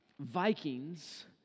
Vikings